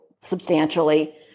substantially